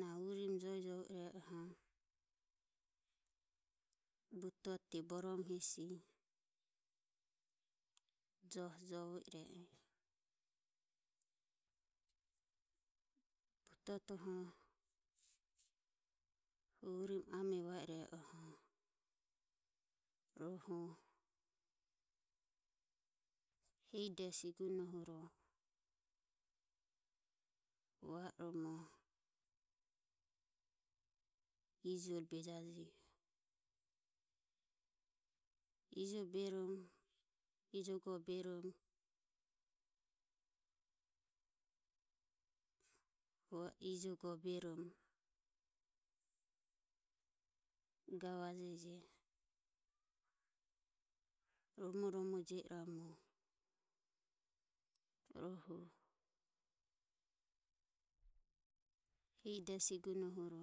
na urimo joe jovo i reoho butote borom hesi joho jovo i re e butotoho hu u rimo ame va i reoho rohu hehi de siguno huro va o romo ijoro bejaje ijo berom ijogo berom va o ijogo va o berom gavajeji romo romo jio i ramu rohu hehi de siguno huro.